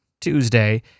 Tuesday